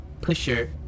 Pusher